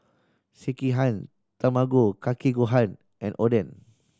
Sekihan Tamago Kake Gohan and Oden